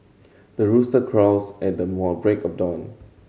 the rooster crows at the more break of dawn